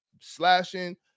Slashing